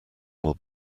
will